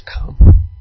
come